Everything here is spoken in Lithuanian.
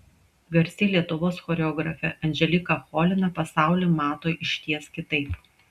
garsi lietuvos choreografė anželika cholina pasaulį mato išties kitaip